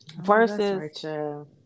Versus